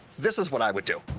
this is what i would do.